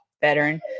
veteran